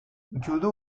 judu